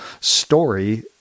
story